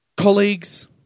colleagues